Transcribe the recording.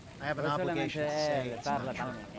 i have an obligation to say it's not true.